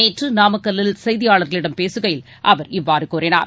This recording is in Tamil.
நேற்று நாமக்கல்லில் செய்தியாளர்களிடம் பேசுகையில் அவர் இவ்வாறு கூறினார்